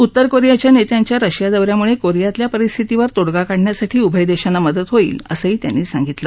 उत्तर कोरियाच्या नेत्यांच्या रशिया दौ यामुळे कोरियातल्या परिस्थितीवर तोडगा काढण्यासाठी उभय देशांना मदत होईल असं ते म्हणाले